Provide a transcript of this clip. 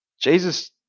Jesus